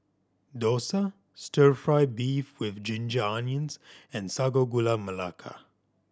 dosa Stir Fry beef with ginger onions and Sago Gula Melaka